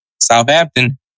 Southampton